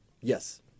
Yes